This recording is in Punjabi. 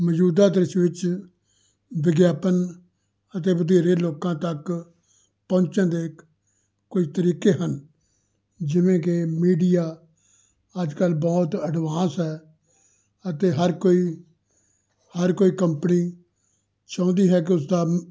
ਮੌਜੂਦਾ ਦ੍ਰਿਸ਼ ਵਿੱਚ ਵਿਗਿਆਪਨ ਅਤੇ ਵਧੇਰੇ ਲੋਕਾਂ ਤੱਕ ਪਹੁੰਚਣ ਦੇ ਕੁਝ ਤਰੀਕੇ ਹਨ ਜਿਵੇਂ ਕਿ ਮੀਡੀਆ ਅੱਜ ਕੱਲ੍ਹ ਬਹੁਤ ਐਡਵਾਂਸ ਹੈ ਅਤੇ ਹਰ ਕੋਈ ਹਰ ਕੋਈ ਕੰਪਨੀ ਚਾਹੁੰਦੀ ਹੈ ਕਿ ਉਸਦਾ